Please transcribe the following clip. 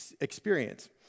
experience